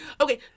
okay